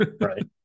Right